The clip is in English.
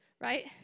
right